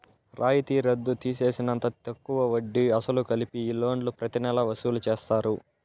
రాయితీ రద్దు తీసేసినంత తక్కువ వడ్డీ, అసలు కలిపి ఈ లోన్లు ప్రతి నెలా వసూలు చేస్తారు